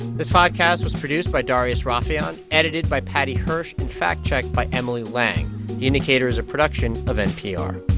this podcast was produced by darius rafieyan, edited by paddy hirsch and fact-checked by emily lang. the indicator is a production of npr